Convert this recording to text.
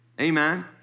Amen